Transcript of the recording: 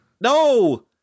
No